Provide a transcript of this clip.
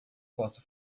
posso